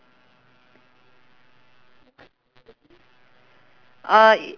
uh